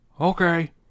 Okay